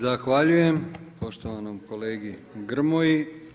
Zahvaljujem poštovanom kolegi Grmoji.